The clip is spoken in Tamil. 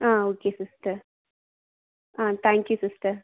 ah okay sister ah thank you sister